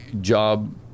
job